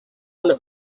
una